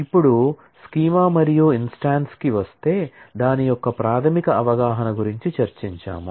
ఇప్పుడు స్కీమా కి వస్తే దాని యొక్క ప్రాథమిక అవగాహన గురించి చర్చించాము